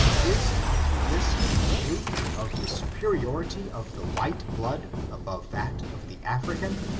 is not this a proof of the superiority of the white blood above that of the african?